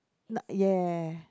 not yet